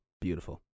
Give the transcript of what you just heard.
Beautiful